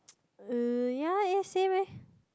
uh ya eh same eh